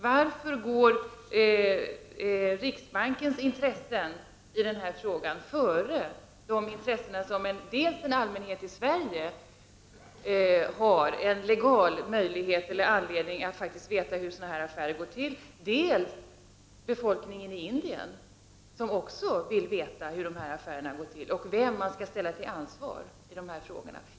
Varför går riksbankens intressen i denna fråga före de intressen som dels allmänheten i Sverige har av att ha en möjlighet att få veta hur sådana här affärer går till, dels befolkningen i Indien har av att få veta hur affärerna går till och vem man skall ställa till ansvar i de här frågorna?